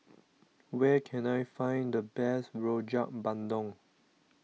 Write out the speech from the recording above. where can I find the best Rojak Bandung